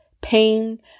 pain